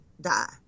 die